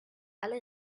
alle